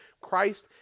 christ